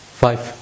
five